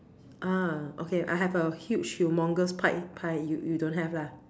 ah okay I have a huge humongous pie pie you don't have lah